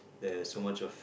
there is so much of